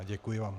A děkuji vám.